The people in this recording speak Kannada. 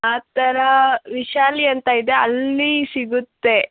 ಆ ಥರ ವೈಶಾಲಿ ಅಂತ ಇದೆ ಅಲ್ಲಿ ಸಿಗುತ್ತೆ